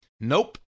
Nope